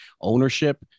Ownership